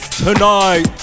tonight